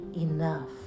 enough